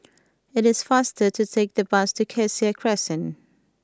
it is faster to take the bus to Cassia Crescent